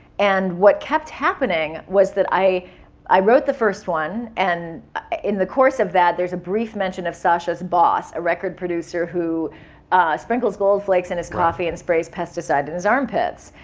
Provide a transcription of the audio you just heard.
and what kept happening was that i i wrote the first one. and in the course of that, there's a brief mention of sasha's boss, a record producer who sprinkles gold flakes in his coffee and sprays pesticide to and his armpits.